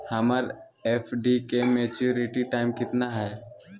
हमर एफ.डी के maturity time कितना है?